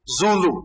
Zulu